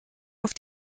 auf